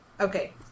okay